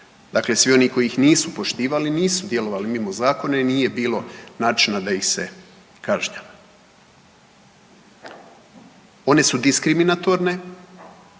Dakle, svi oni koji ih nisu poštivali nisu djelovali mimo zakona i nije bilo načina da ih se kažnjava. One su diskriminatorne,